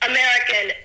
American